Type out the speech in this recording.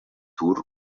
turc